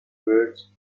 birds